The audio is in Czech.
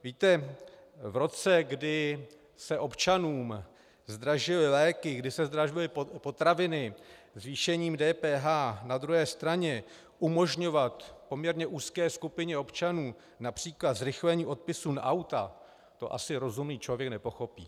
Víte, v roce, kdy se občanům zdražily léky, kdy se zdražily potraviny, zvýšením DPH na druhé straně umožňovat poměrně úzké skupině občanů například zrychlení odpisů na auta, to asi rozumný člověk nepochopí.